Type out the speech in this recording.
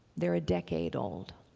they're a decade old.